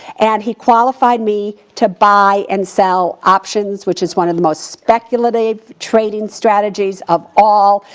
and he qualified me to buy and sell options, which is one of the most speculative trading strategies of all.